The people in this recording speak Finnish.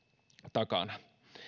takana